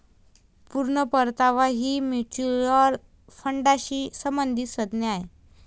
पूर्ण परतावा ही म्युच्युअल फंडाशी संबंधित संज्ञा आहे